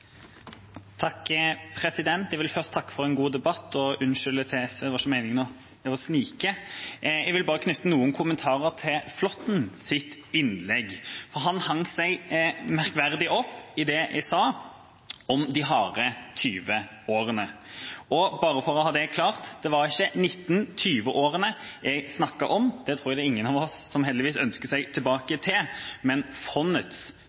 Jeg vil først takke for en god debatt og si unnskyld til SV. Det var ikke meningen å snike. Jeg vil bare knytte noen kommentarer til representanten Flåttens innlegg. Han hengte seg merkverdig opp i det jeg sa om «de harde 20-årene». Og bare for å ha det klart, så var det ikke 1920-årene jeg snakket om – dem tror jeg ikke noen av oss ønsker oss tilbake til – men fondets